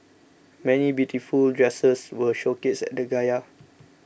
many beautiful dresses were showcased at the gala